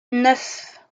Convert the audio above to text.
neuf